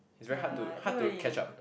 ya think what you need